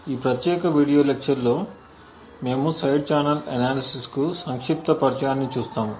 ఈ ప్రత్యేక video lecture లో మేము సైడ్ ఛానల్ అనాలిసిస్ కు సంక్షిప్త పరిచయాన్ని చూస్తాము